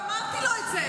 אבל אמרתי לו את זה.